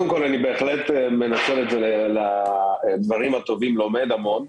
אני בהחלט מנצל את זה לדברים טובים, לומד המון.